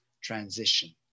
transition